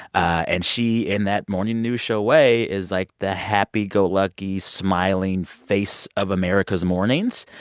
and she, in that morning news show way, is, like, the happy-go-lucky, smiling face of america's mornings.